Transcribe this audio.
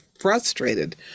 frustrated